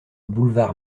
boulevard